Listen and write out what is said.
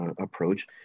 approach